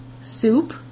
soup